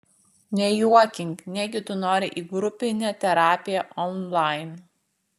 nejuokink negi tu nori į grupinę terapiją onlain